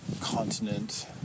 continent